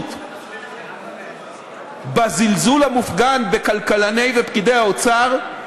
רצינות בזלזול המופגן בכלכלני ובפקידי האוצר,